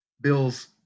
bills